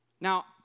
Now